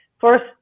first